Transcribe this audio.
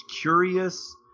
curious